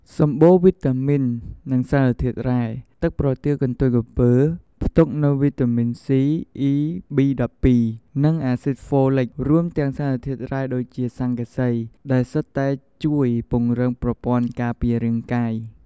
សម្បូរវីតាមីន និងសារធាតុរ៉ែ ទឹកប្រទាលកន្ទុយក្រពើផ្ទុកនូវវីតាមីន C, E, B12 និងអាស៊ីតហ្វូលិក រួមទាំងសារធាតុរ៉ែដូចជា ស័ង្កសី ដែលសុទ្ធតែជួយពង្រឹងប្រព័ន្ធការពាររាងកាយ។